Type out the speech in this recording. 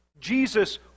Jesus